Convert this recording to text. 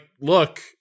look